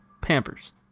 Pampers